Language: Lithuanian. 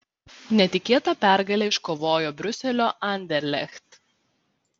netikėtą pergalę iškovojo briuselio anderlecht